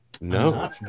No